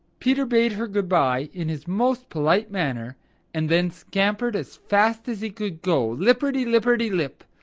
peter bade her good-by in his most polite manner and then scampered as fast as he could go, lipperty-lipperty-lip,